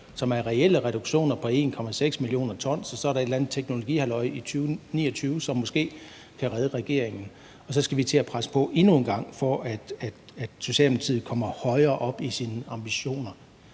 som er reelle reduktioner på 1,6 mio. t, og så er der et eller andet teknologihalløj i 2029, som måske kan redde regeringen, og så skal vi til at presse på endnu en gang, for at Socialdemokratiet kommer højere op i sine ambitioner.